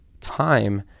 time